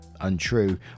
untrue